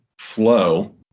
flow